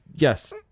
Yes